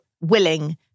willing